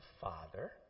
Father